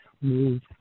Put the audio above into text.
move